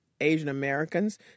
Asian-Americans